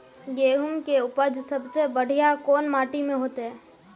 गेहूम के उपज सबसे बढ़िया कौन माटी में होते?